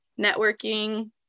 networking